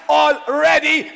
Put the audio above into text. already